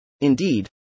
Indeed